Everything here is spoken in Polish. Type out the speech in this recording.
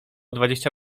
dwadzieścia